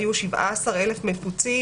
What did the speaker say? היו 17,000 מפוצים,